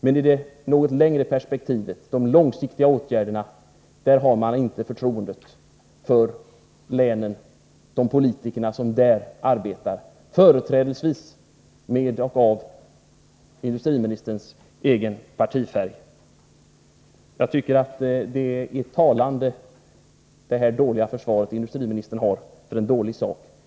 Men när det gäller de långsiktiga åtgärderna i det något längre perspektivet har man inte förtroende för de politiker, företrädesvis med industriministerns egen partifärg, som arbetar i länen. Industriministerns dåliga försvar för en dålig sak är talande.